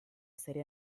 serie